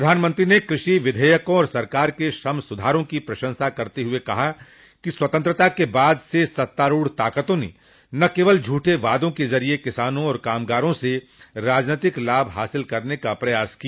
प्रधानमंत्री ने कृषि विधेयकों और सरकार के श्रम सुधारों की प्रशंसा करते हुए कहा कि स्वतंत्रता क बाद से सत्तारूढ ताकतों ने केवल झूठे वायदों के जरिए किसानों और कामगारों से राजनीतिक लाभ हासिल करने का प्रयास किया